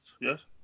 yes